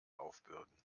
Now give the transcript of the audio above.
aufbürden